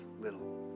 little